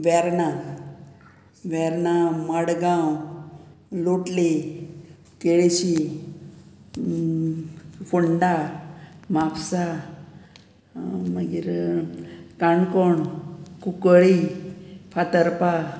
वेर्णा वेर्ना मडगांव लोटले केळेशी फोंडा म्हापसा मागीर काणकोण कुंकळी फातरपा